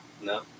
No